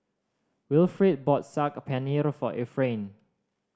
Wilfrid bought Saag Paneer for Efrain